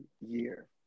year